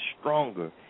stronger